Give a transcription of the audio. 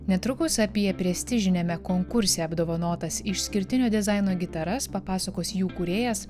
netrukus apie prestižiniame konkurse apdovanotas išskirtinio dizaino gitaras papasakos jų kūrėjas